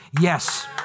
yes